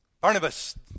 Barnabas